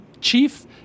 Chief